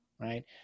right